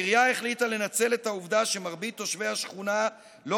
העירייה החליטה לנצל אח העובדה שמרבית תושבי השכונה לא